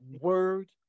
word